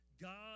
God